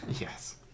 Yes